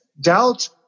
doubt